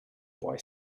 boy